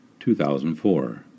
2004